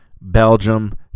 Belgium